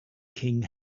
king